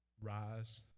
Rise